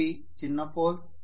అవి చిన్న పోల్స్